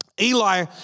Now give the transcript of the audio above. Eli